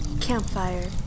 Campfire